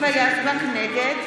נגד